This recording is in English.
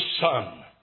Son